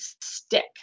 stick